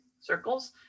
circles